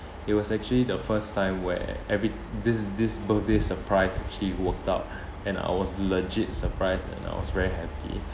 it was actually the first time where every this this birthday surprise she worked out and I was the legit surprised and I was very happy